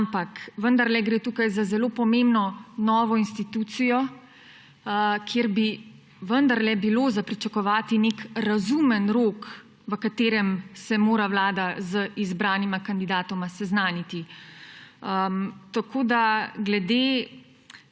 Ampak vendarle gre tukaj za zelo pomembno novo institucijo, kjer bi vendarle bilo za pričakovati nek razumen rok, v katerem se mora vlada z izbranima kandidatoma seznaniti. Glede